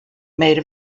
made